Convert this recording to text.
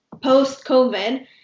post-COVID